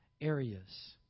areas